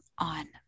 on